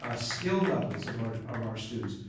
ah skill levels of our of our students.